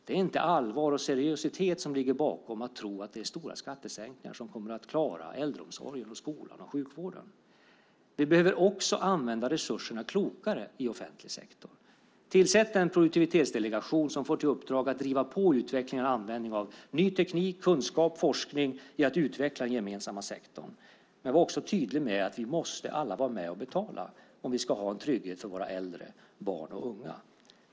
Det är inte allvar och seriositet som ligger bakom att tro att det är stora skattesänkningar som kommer att klara äldreomsorgen, skolan och sjukvården. Vi behöver också använda resurserna klokare i offentlig sektor. Tillsätt en produktivitetsdelegation som får till uppdrag att driva på utvecklingen och användningen av ny teknik, kunskap och forskning i att utveckla den gemensamma sektorn! Var också tydlig med att vi alla måste vara med och betala om vi ska ha en trygghet för våra äldre, barn och unga!